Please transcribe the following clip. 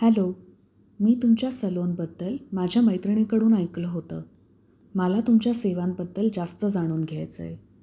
hello मी तुमच्या सलोनबद्दल माझ्या मैत्रिणीकडून ऐकलं होतं मला तुमच्या सेवांबद्दल जास्त जाणून घ्यायच आहे